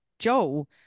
Joel